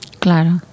Claro